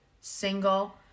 single